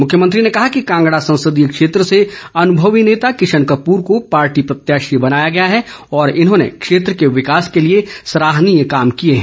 मुख्यमंत्री ने कहा कि कांगड़ा संसदीय क्षेत्र से अनुभवी नेता किशन कपूर को पार्टी प्रत्याशी बनाया गया है और इन्होंने क्षेत्र के विकास के लिए सराहनीय कार्य किए हैं